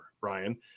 Brian